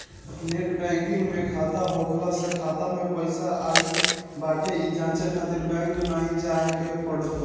net banking में खाता होखला से खाता में पईसा आई बाटे इ जांचे खातिर बैंक नाइ जाए के पड़त बाटे